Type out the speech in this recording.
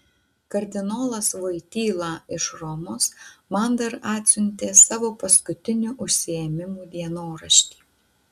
kardinolas voityla iš romos man dar atsiuntė savo paskutinių užsiėmimų dienoraštį